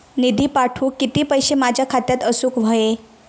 निधी पाठवुक किती पैशे माझ्या खात्यात असुक व्हाये?